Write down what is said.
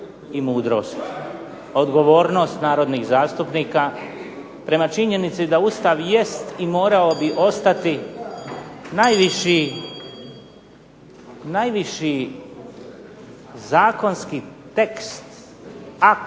i mudrost, odgovornost narodnih zastupnika prema činjenici da Ustav jest i morao bi ostati najviši zakonski tekst, akt,